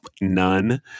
None